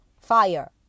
fire